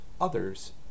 others